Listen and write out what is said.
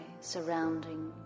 surrounding